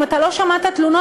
אם אתה לא שמעת תלונות,